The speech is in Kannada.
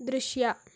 ದೃಶ್ಯ